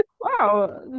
Wow